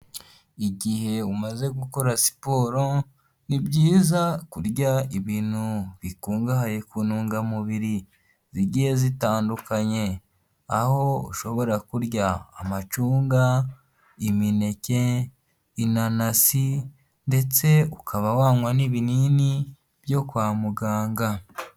Igihe umaze gukora siporo ni byiza kurya ibintu bikungahaye ku ntungamubiri zigiye zitandukanye, aho ushobora kurya amacunga, imineke, inanasi ndetse ukaba wanywa n'ibinini byo kwa muganga.